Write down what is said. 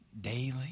daily